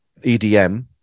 EDM